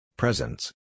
Presence